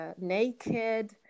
naked